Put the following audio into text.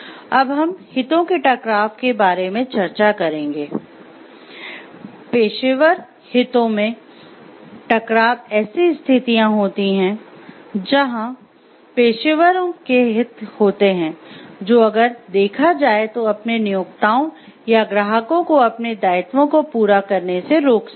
अब हम हितों के टकराव के बारे में चर्चा करेंगे पेशेवर हितों में टकराव ऐसी स्थितियां होती हैं जहां पेशेवरों के हित होते है जो अगर देखा जाए तो अपने नियोक्ताओं या ग्राहकों को अपने दायित्वों को पूरा करने से रोक सकते हैं